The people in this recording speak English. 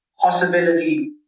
possibility